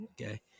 okay